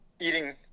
eating